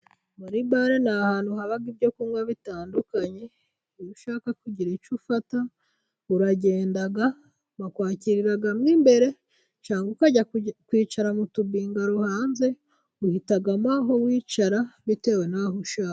Muri bale ni ahantu haba ibyo kunywa bitandukanye. Iyo ushaka kugira icyo ufata uragenda bakakwakirira mo imbere cyangwa ukajya kwicara mu tubingaro hanze. Uhitamo aho wicara bitewe n'aho ushaka.